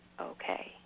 okay